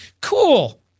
cool